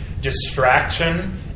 distraction